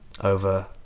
over